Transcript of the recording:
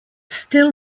still